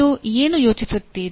ನೀವು ಏನು ಯೋಚಿಸುತ್ತೀರಿ